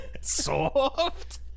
Soft